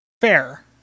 Fair